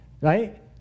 Right